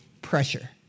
pressure